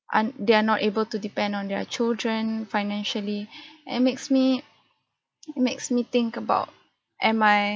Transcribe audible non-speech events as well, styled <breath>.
un~ they are not able to depend on their children financially <breath> and makes me makes me think about am I